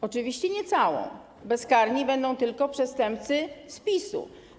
Oczywiście nie całą, bezkarni będą tylko przestępcy z PiS-u.